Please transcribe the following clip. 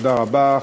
תודה רבה.